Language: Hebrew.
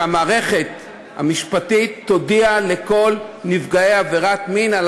שהמערכת המשפטית תודיע לכל נפגעי עבירות המין על